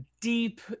deep